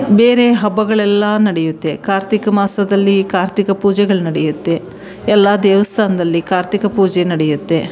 ಬೇರೆ ಹಬ್ಬಗಳೆಲ್ಲ ನಡೆಯುತ್ತೆ ಕಾರ್ತಿಕ ಮಾಸದಲ್ಲಿ ಕಾರ್ತಿಕ ಪೂಜೆಗಳು ನಡೆಯುತ್ತೆ ಎಲ್ಲ ದೇವಸ್ಥಾನದಲ್ಲಿ ಕಾರ್ತಿಕ ಪೂಜೆ ನಡೆಯತ್ತೆ